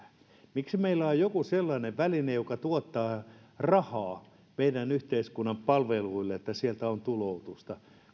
miksi meillä on joku sellainen väline joka tuottaa rahaa meidän yhteiskuntamme palveluille että sieltä on tuloutusta